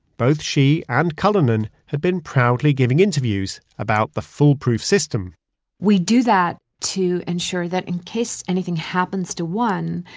both she and cullinan had been proudly giving interviews about the foolproof system we do that to ensure that in case anything happens to one,